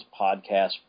podcast